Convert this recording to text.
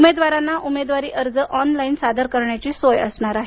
उमेदवारांना उमेदवारी अर्ज ऑनलाईन सादर करण्याची सोय असणार आहे